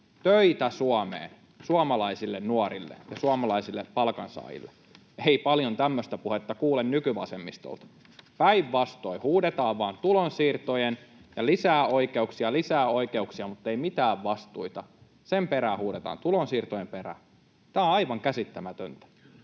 töitä Suomeen, suomalaisille nuorille ja suomalaisille palkansaajille. Ei paljon tämmöistä puhetta kuulu nykyvasemmistolta. Päinvastoin huudetaan vain tulonsiirtojen perään ja lisää oikeuksia, lisää oikeuksia, mutta ei mitään vastuita. Tulonsiirtojen perään huudetaan. Tämä on aivan käsittämätöntä.